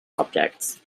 objects